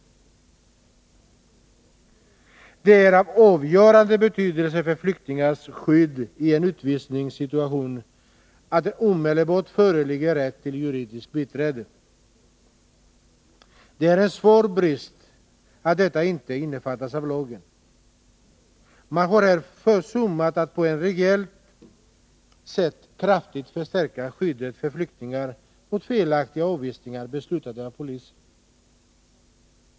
Det är av avgörande betydelse för flyktingars skydd i en utvisningssituation att det omedelbart föreligger rätt till juridiskt biträde. Det är en svår brist att detta inte innefattas av lagen. Man har här försummat att på ett reellt sätt kraftigt förstärka skyddet för flyktingar mot felaktiga avvisningar beslutade av polisen.